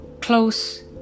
close